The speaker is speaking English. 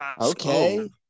Okay